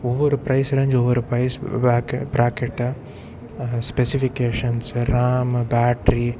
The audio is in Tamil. ஒவ்வொரு ப்ரைஸ் ரேஞ்ஜும் ஒவ்வொரு ப்ரைஸ் வேக் பிராக்கெட்டை ஸ்பெஸிஃபிகேஷன்ஸ் ரேம் பேட்ரி